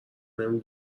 نمی